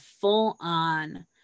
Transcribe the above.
full-on